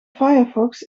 firefox